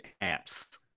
apps